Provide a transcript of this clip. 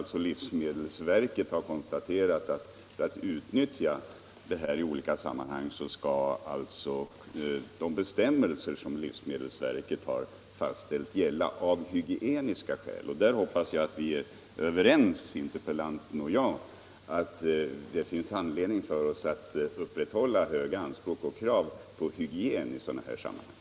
Livsmedelsverket har påpekat att de bestämmelser som livsmedelsverket fastställt av hygieniska skäl skall gälla vid utnyttjandet av bl.a. kalvbräss. Jag hoppas att frågeställaren och jag är överens om att det finns anledning för oss att upprätthålla höga anspråk och krav på hygien i sådana här sammanhang.